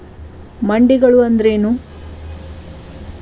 ಮಂಡಿಗಳು ಅಂದ್ರೇನು?